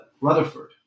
Rutherford